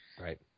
Right